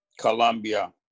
Colombia